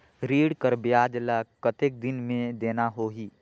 ऋण कर ब्याज ला कतेक दिन मे देना होही?